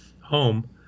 home